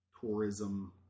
Tourism